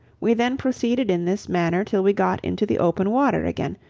we then proceeded in this manner till we got into the open water again,